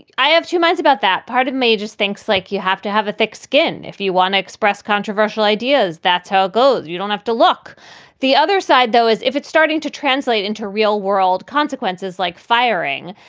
i have two minds about that. part of me just thinks like you have to have a thick skin. if you want to express controversial ideas, that's how it goes. you don't have to look the other side, though, as if it's starting to translate into real world consequences like firing.